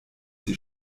sie